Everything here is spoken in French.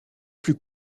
plus